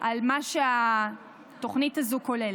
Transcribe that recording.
על מה שהתוכנית הזאת כוללת.